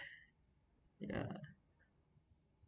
yeah